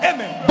Amen